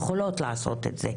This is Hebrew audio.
יכולות לעשות את זה.